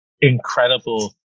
incredible